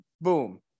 boom